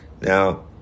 Now